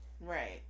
right